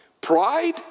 Pride